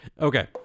Okay